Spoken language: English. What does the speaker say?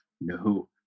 No